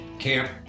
Camp